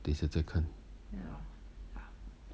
等一下再看